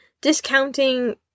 discounting